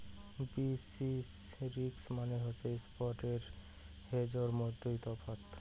basis risk মানে হসে spot এবং হেজের মইধ্যে তফাৎ